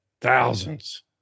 Thousands